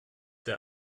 der